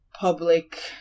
public